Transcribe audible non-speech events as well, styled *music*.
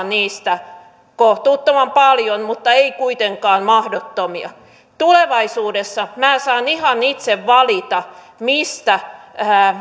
*unintelligible* niistä kohtuuttoman paljon mutta en kuitenkaan mahdottomia tulevaisuudessa minä saan ihan itse valita mistä